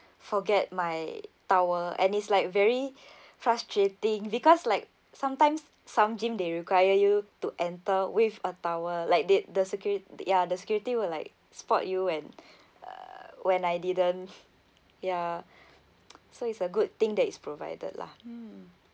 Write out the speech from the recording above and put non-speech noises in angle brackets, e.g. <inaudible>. forget my towel and is like very frustrating because like sometimes some gym they require you to enter with a towel like the~ the securi~ ya the security will like spot you and uh when I didn't <laughs> ya <noise> so it's a good thing that is provided lah mm